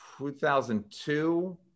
2002